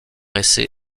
essai